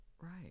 Right